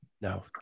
No